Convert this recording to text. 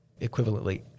equivalently